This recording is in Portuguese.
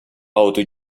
alto